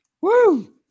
Woo